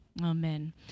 Amen